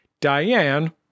Diane